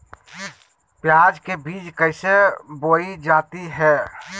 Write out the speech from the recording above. प्याज के बीज कैसे बोई जाती हैं?